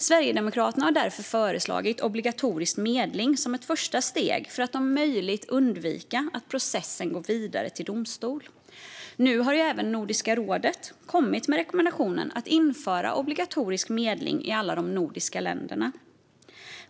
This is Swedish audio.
Sverigedemokraterna har därför föreslagit obligatorisk medling som ett första steg för att om möjligt undvika att processen går vidare till domstol. Nu har även Nordiska rådet kommit med rekommendationen att införa obligatorisk medling i alla de nordiska länderna.